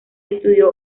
estudió